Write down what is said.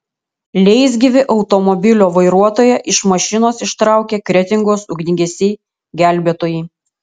leisgyvį automobilio vairuotoją iš mašinos ištraukė kretingos ugniagesiai gelbėtojai